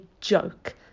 joke